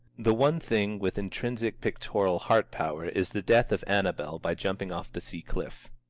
the one thing with intrinsic pictorial heart-power is the death of annabel by jumping off the sea cliff.